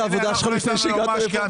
תזכיר לנו מה הייתה העבודה שלך לפני שהגעת לפה,